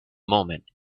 moment